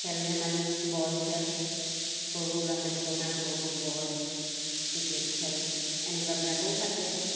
খেল ধেমালি বল খেল সৰু সৰু ল'ৰা ছোৱালীবোৰৰ কাৰণে সৰু সৰু বল ক্ৰিকেট খেল এনেকুৱাবিলাকো পাতে